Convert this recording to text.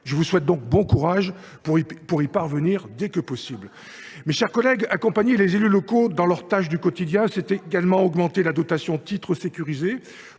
Je vous souhaite donc bon courage pour y parvenir dès que possible ! Mes chers collègues, accompagner les élus locaux dans leurs tâches du quotidien, c’est également augmenter la DTS, dont le montant